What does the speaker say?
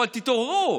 אבל תתעוררו.